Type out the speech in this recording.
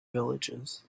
villages